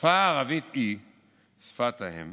השפה הערבית היא שפת האם